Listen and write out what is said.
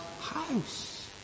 house